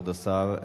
כבוד השר,